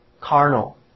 carnal